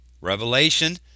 Revelation